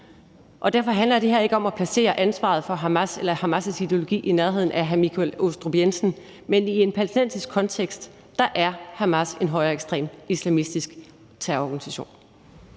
Derfor handler det her ikke om at placere ansvaret for Hamas eller Hamas' ideologi i nærheden af hr. Michael Aastrup Jensen. Men i en palæstinensisk kontekst er Hamas en højreekstrem islamistisk terrororganisation.